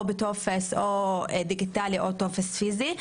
בטופס דיגיטלי או פיזי,